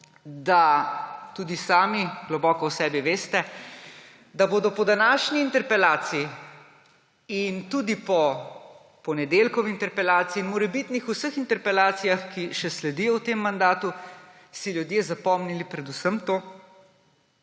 da tudi sami globoko v sebi veste, da si bodo po današnji interpelaciji in tudi po ponedeljkovi interpelaciji in vseh morebitnih interpelacijah, ki še sledijo v tem mandatu, ljudje zapomnili predvsem to,